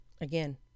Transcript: Again